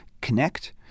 connect